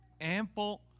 ample